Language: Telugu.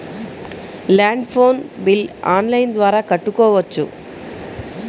ల్యాండ్ ఫోన్ బిల్ ఆన్లైన్ ద్వారా కట్టుకోవచ్చు?